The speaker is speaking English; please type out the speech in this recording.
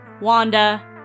Wanda